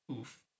oof